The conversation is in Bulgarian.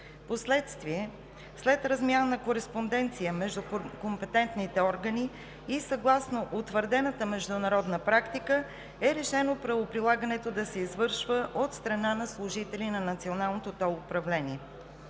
Впоследствие, след размяна на кореспонденция между компетентните органи и съгласно утвърдената международна практика, е решено правоприлагането да се извършва от страна на служители на Националното тол управление.